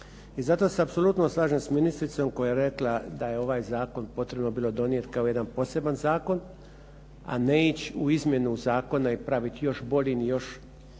I zato se apsolutno slažem s ministrom koja je rekla da je ovaj zakon potrebno bilo donijet kao jedan poseban zakon, a ne ići u izmjeni zakona i praviti još boljim i još